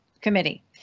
Committee